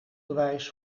bewijs